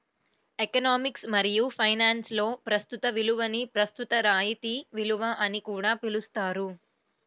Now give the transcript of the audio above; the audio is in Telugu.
ఎకనామిక్స్ మరియు ఫైనాన్స్లో ప్రస్తుత విలువని ప్రస్తుత రాయితీ విలువ అని కూడా పిలుస్తారు